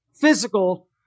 physical